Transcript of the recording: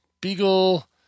Beagle